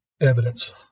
evidence